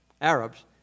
Arabs